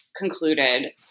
concluded